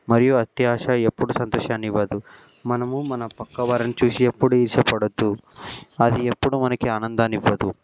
మరియు అత్యాశ ఎప్పుడు సంతోషాన్ని ఇవ్వదు మనము మన పక్క వారిని చూసి ఎప్పుడు ఈర్ష్య పడద్దు అది ఎప్పుడు మనకి ఆనందాన్ని ఇవ్వదు